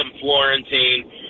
Florentine